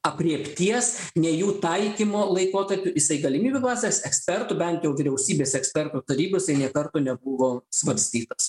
aprėpties nei jų taikymo laikotarpiu jisai galimybių pasas ekspertų bent jau vyriausybės ekspertų tarybose nė karto nebuvo svarstytas